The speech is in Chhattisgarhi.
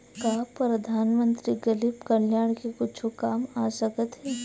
का परधानमंतरी गरीब कल्याण के कुछु काम आ सकत हे